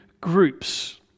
groups